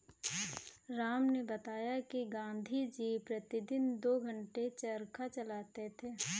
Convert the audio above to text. राम ने बताया कि गांधी जी प्रतिदिन दो घंटे चरखा चलाते थे